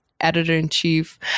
editor-in-chief